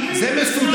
--- שלושה כתבי אישום.